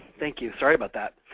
thank you. sorry about that.